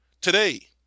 Today